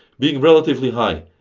being relatively high.